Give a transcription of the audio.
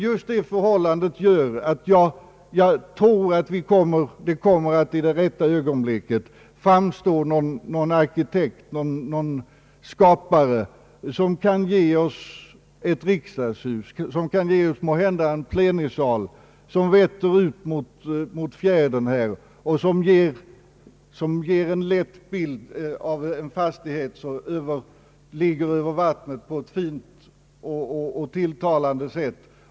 Just det förhållandet gör att jag tror att det i rätta ögonblicket kommer att framstå någon arkitekt, som kan ge oss 64 Nr 29 Ang. riksdagens lokalfrågor på längre sikt ett riksdagshus och måhända en plenisal vettande ut mot fjärden, skapa en byggnad som ligger över vattnet på ett tilltalande sätt.